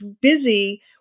busy